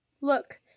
Look